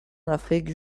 afrique